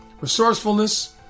resourcefulness